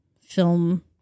film